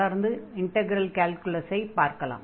தொடர்ந்து இன்டக்ரல் கால்குலஸை பார்க்கலாம்